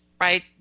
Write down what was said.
right